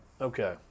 Okay